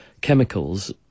chemicals